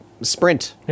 sprint